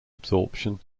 absorption